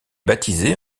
baptisé